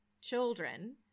children